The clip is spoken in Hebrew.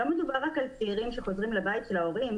ולא מדובר רק על צעירים שחוזרים לבית של ההורים,